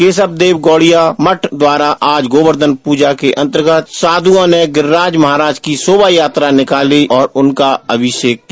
केशव देव गोड़िया मठ द्वारा आज गोवर्घन पूजा के अंतर्गत श्रद्धालुओं ने गिरिराज महाराज की सोभा यात्रा निकाली और उनका अभिषेक किया